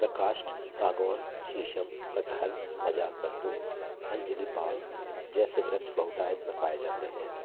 प्रकाष्ठ सागवन शीशम कटहल मजाकबंधु अंजिली पाल जैसे वृक्ष बहुतायत में पाए जाते हैं